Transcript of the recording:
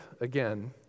again